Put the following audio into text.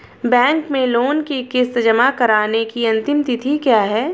Bank में loan की किश्त जमा कराने की अंतिम तिथि क्या है?